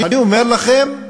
אני אומר לכם,